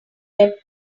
web